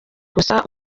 gusa